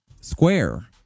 square